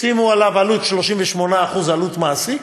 שימו עליו 38% עלות מעסיק,